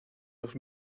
los